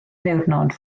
ddiwrnod